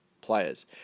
players